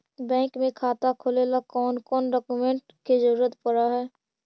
Bank में खाता खोले ल कौन कौन डाउकमेंट के जरूरत पड़ है?